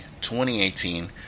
2018